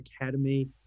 academy